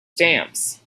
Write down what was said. stamps